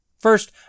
First